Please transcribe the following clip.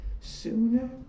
sooner